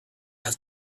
have